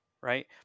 Right